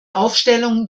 aufstellung